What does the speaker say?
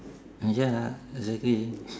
ya exactly